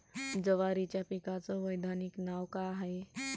जवारीच्या पिकाचं वैधानिक नाव का हाये?